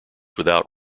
without